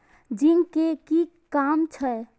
Zinc के कि काम छै?